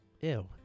Ew